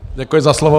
Děkuji za slovo.